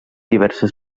diverses